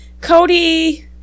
Cody